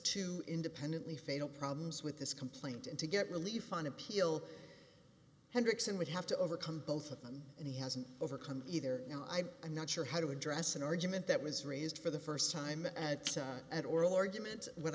to independently fatal problems with this complaint and to get relief on appeal hendrickson would have to overcome both of them and he hasn't overcome either now i am not sure how to address an argument that was raised for the st time at at oral argument when